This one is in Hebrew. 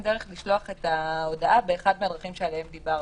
לשלוח את ההודעה באחת הדרכים שעליהם דיברנו,